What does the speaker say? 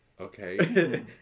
Okay